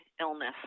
illness